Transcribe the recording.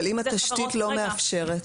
אם התשתית לא מאפשרת?